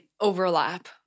overlap